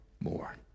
more